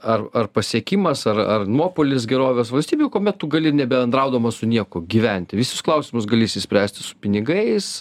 ar ar pasiekimas ar ar nuopuolis gerovės valstybių kuomet tu gali nebendraudamas su niekuo gyventi visus klausimus gali išsispręsti su pinigais